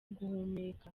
guhumeka